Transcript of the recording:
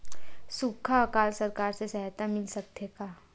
सुखा अकाल सरकार से सहायता मिल सकथे का?